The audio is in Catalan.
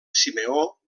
simeó